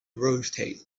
rotate